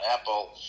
Apple